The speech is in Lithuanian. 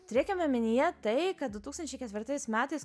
turėkime omenyje tai kad du tūkstančiai ketvirtais metais